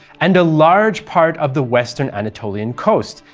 and a large part of the western anatolian coast,